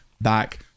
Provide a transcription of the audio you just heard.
back